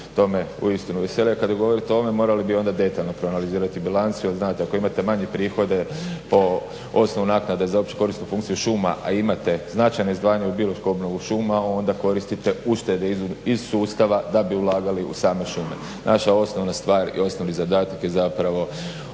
to me uistinu veseli. A kada govorite o ovome morali bi onda detaljno proanalizirati bilancu, jer znate, ako imate manje prihode po osnovu naknade za opću korisnu funkciju šuma a imate značajno izdvajanje u biološku obnovu šuma onda koristite uštede iz sustava da bi ulagali u same šume. Naša osnovna stvar i osnovni zadatak je zapravo